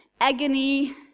agony